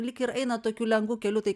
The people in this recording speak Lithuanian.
lyg ir aina tokiu lengvu keliu tai